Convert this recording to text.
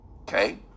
Okay